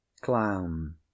clown